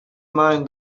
mind